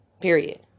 Period